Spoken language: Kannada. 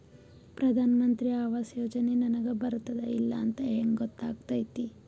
ಪ್ರಧಾನ ಮಂತ್ರಿ ಆವಾಸ್ ಯೋಜನೆ ನನಗ ಬರುತ್ತದ ಇಲ್ಲ ಅಂತ ಹೆಂಗ್ ಗೊತ್ತಾಗತೈತಿ?